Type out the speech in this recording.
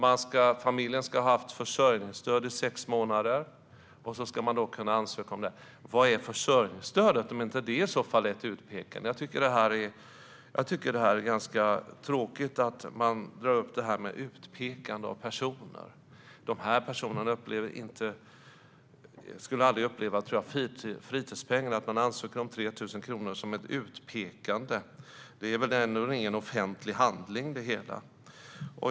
Familjen ska ha haft försörjningsstöd i sex månader. Då ska man kunna ansöka om detta. Vad är i så fall försörjningsstödet om inte ett utpekande? Jag tycker att det är ganska tråkigt att man drar upp detta med utpekande av personer. De här personerna skulle aldrig, tror jag, uppleva fritidspengen eller att ansöka om 3 000 kronor som ett utpekande. Det är väl ändå ingen offentlig handling, det hela?